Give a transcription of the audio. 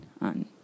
on